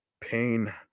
Pain